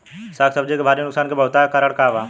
साग सब्जी के भारी नुकसान के बहुतायत कारण का बा?